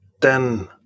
den